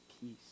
peace